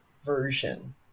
version